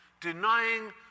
denying